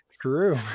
True